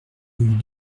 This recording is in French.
rue